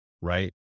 right